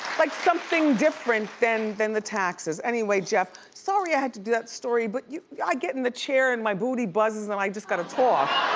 like something different than than the taxes. anyway jeff, sorry i had to do that story but you know i get in the chair and my booty buzzes and i just gotta talk.